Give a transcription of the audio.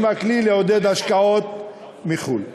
הן לא הכלי לעודד השקעות מחו"ל.